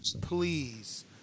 please